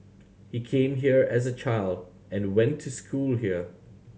he came here as a child and went to school here